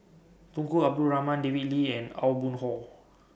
Tunku Abdul Rahman David Lee and Aw Boon Haw